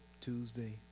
Tuesday